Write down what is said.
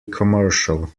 commercial